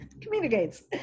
communicates